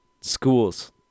schools